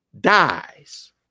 dies